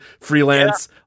Freelance